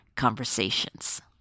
conversations